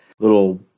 little